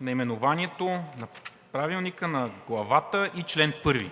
наименованието на Правилника, на главата и чл. 1.